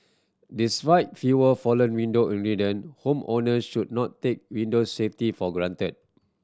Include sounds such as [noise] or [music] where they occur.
despite fewer fallen window [unintelligible] homeowner should not take window safety for granted